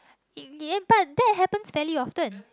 y~ ya but that happens very often